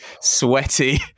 sweaty